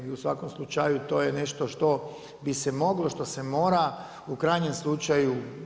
I u svakom slučaju to je nešto što bi se moglo, što se mora u krajnjem slučaju.